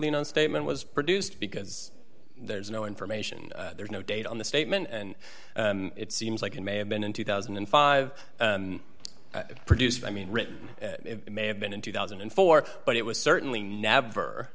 o statement was produced because there's no information there's no date on the statement and it seems like it may have been in two thousand and five produced i mean written it may have been in two thousand and four but it was certainly never